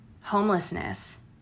homelessness